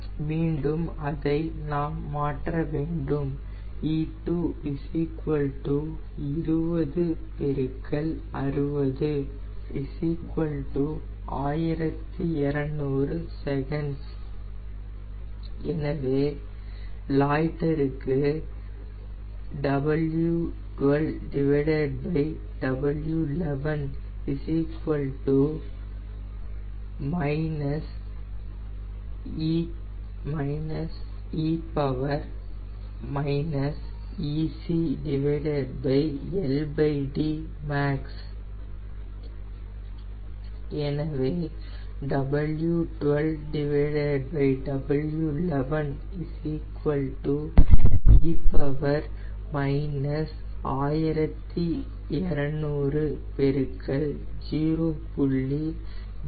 எனவே மீண்டும் அதை நாம் மாற்றவேண்டும் E2 2060 1200s எனவே லாய்டர்க்கு e ECLDMAX எனவே e 1200 0